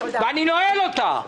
ואני נועל אותה.